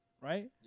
right